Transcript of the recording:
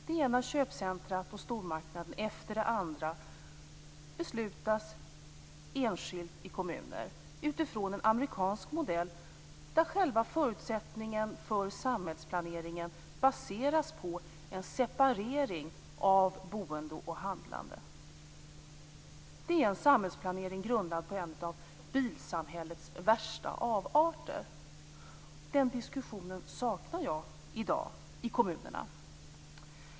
Det ena köpcentrumet efter det andra och den ena stormarknaden efter den andra beslutas enskilt i kommuner, utifrån en amerikansk modell där själva förutsättningen för samhällsplaneringen baseras på en separering av boende och handlande. Det är en samhällsplanering grundad på en av bilsamhällets värsta avarter. Den diskussionen saknar jag i dag ute i kommunerna.